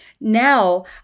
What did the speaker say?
Now